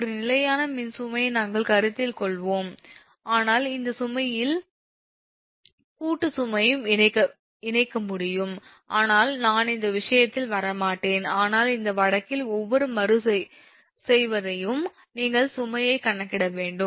ஒரு நிலையான மின் சுமையை நாங்கள் கருத்தில் கொள்வோம் ஆனால் இந்த சுமையில் கூட்டுச் சுமையையும் இணைக்க முடியும் ஆனால் நான் அந்த விஷயத்தில் வரமாட்டேன் ஆனால் அந்த வழக்கில் ஒவ்வொரு மறு செய்கையும் நீங்கள் சுமையை கணக்கிட வேண்டும்